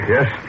Yes